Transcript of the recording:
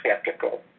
skeptical